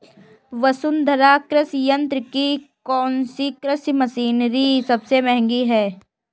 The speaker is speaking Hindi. वसुंधरा कृषि यंत्र की कौनसी कृषि मशीनरी सबसे महंगी है?